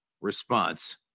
response